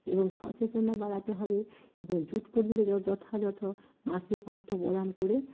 এবং সচেতনা বাড়াতে হবে এবং জুট কর্মীদের যথাযথ মাসিক অর্থ প্রদান করে